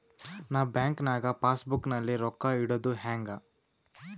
ನಾ ಬ್ಯಾಂಕ್ ನಾಗ passbook ನಲ್ಲಿ ರೊಕ್ಕ ಇಡುದು ಹ್ಯಾಂಗ್?